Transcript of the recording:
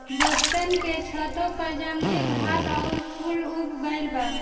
दोस्तन के छतों पर जंगली घास आउर फूल उग गइल बा